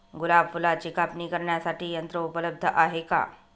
गुलाब फुलाची कापणी करण्यासाठी यंत्र उपलब्ध आहे का?